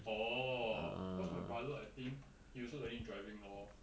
orh cause my brother I think he also learning driving now lor